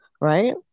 Right